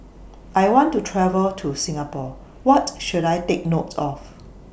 I want to travel to Singapore What should I Take note of